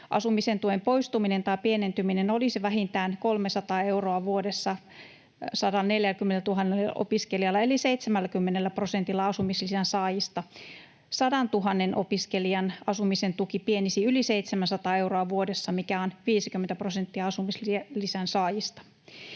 Asumisen tuen poistuminen tai pienentyminen olisi vähintään 300 euroa vuodessa 140 000 opiskelijalla eli 70 prosentilla asumislisän saajista. 100 000 opiskelijan asumisen tuki pienenisi yli 700 euroa vuodessa, mikä on 50 prosenttia asumislisän saajista.